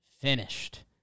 finished